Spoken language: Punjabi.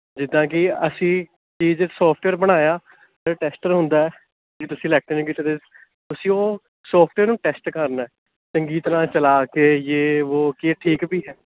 ਜਿੱਦਾਂ ਕਿ ਅਸੀਂ ਚੀਜ਼ ਸੋਫਟਵੇਅਰ ਬਣਾਇਆ ਫਿਰ ਟੈਸਟਰ ਹੁੰਦਾ ਹੈ ਕਿ ਤੁਸੀਂ ਕਿਸੇ ਦੇ ਤੁਸੀਂ ਉਹ ਸੋਫਟਵੇਅਰ ਨੂੰ ਟੈਸਟ ਕਰਨਾ ਹੈ ਚੰਗੀ ਤਰ੍ਹਾਂ ਚਲਾ ਕੇ ਯੇ ਵੋਹ ਕਿ ਇਹ ਠੀਕ ਵੀ ਹੈ